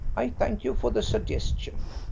i thank you for the suggestion.